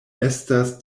estas